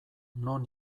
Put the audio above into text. non